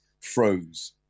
froze